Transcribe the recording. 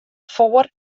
foar